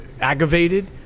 aggravated